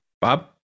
Bob